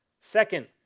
Second